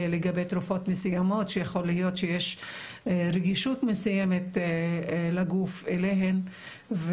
לגבי תרופות מסוימות שיכול להיות שיש רגישות מסוימת לגוף אליהן.